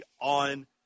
on